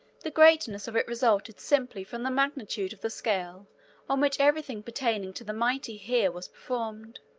the greatness of it resulted simply from the magnitude of the scale on which every thing pertaining to the mighty hero was performed,